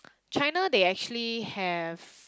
China they actually have